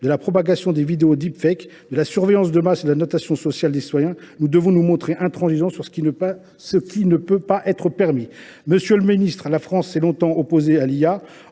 de la propagation des vidéos, de la surveillance de masse et de la notation sociale des citoyens, nous devons nous montrer intransigeants sur ce qui ne peut pas être permis. Monsieur le ministre, la France s’est longtemps opposée à l’IA.